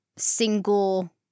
single